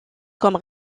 comme